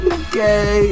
okay